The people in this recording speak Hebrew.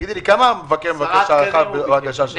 תגידי לי, כמה זמן המבקר מבקש הארכה בהגשה שלו?